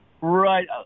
Right